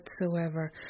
whatsoever